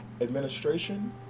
administration